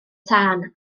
tân